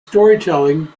storytelling